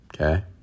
Okay